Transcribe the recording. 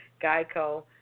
Geico